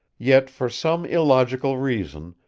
yet, for some illogical reason,